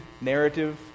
narrative